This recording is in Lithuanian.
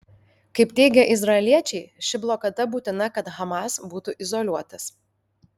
kaip teigia izraeliečiai ši blokada būtina kad hamas būtų izoliuotas